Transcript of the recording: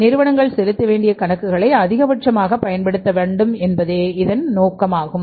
நிறுவனங்கள் செலுத்த வேண்டிய கணக்குகளை அதிகபட்சமாகப் பயன்படுத்த வேண்டும் என்பதே இதன் நோக்கமாகும்